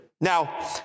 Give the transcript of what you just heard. Now